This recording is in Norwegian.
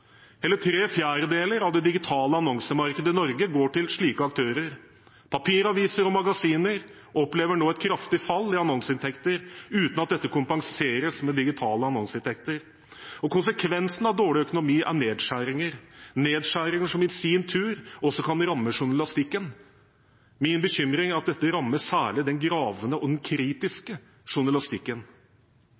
Hele ¾ av det digitale annonsemarkedet i Norge går til slike aktører. Papiraviser og magasiner opplever nå et kraftig fall i annonseinntektene uten at dette kompenseres med digitale annonseinntekter. Og konsekvensen av dårlig økonomi er nedskjæringer, som i sin tur også kan ramme journalistikken. Min bekymring er at dette rammer særlig den gravende og den kritiske journalistikken.